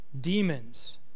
demons